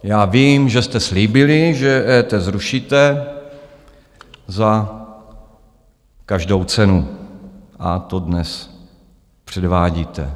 Já vím, že jste slíbili, že EET zrušíte za každou cenu, a to dnes předvádíte.